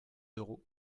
d’euros